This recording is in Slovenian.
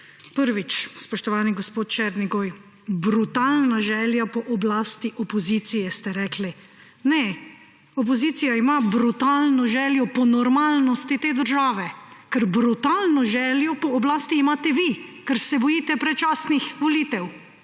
Prvič, spoštovani gospod Černigoj. Brutalna želja po oblasti opozicije ste rekli. Ne, opozicija ima brutalno željo po normalnosti te države. Ker brutalno željo po oblasti imate vi, ker se bojite predčasnih volitev.